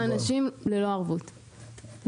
האנשים ללא ערבים,